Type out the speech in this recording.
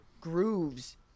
grooves